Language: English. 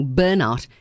burnout